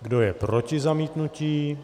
Kdo je proti zamítnutí?